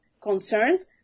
concerns